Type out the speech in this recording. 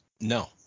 no